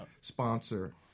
sponsor –